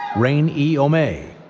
rayne e. o'may.